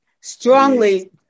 Strongly